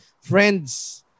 friends